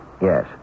Yes